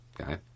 Okay